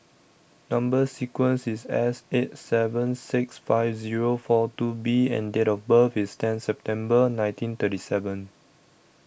Number sequence IS S eight seven six five Zero four two B and Date of birth IS ten September nineteen thirty seven